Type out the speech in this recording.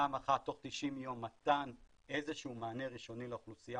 פעם אחת תוך 90 יום מתן איזה שהוא מענה ראשוני לאוכלוסייה.